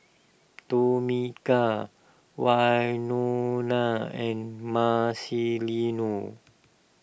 Tomika Wynona and Marcelino